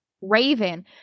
Raven